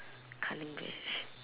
cunning bitch